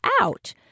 out